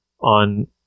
on